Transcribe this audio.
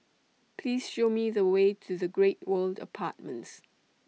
Please Show Me The Way to The Great World Apartments